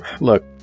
Look